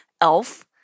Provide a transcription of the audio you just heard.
Elf